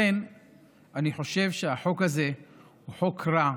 אני חושב שהחוק הזה הוא חוק רע.